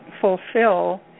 fulfill